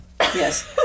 Yes